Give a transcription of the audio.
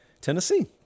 Tennessee